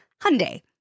Hyundai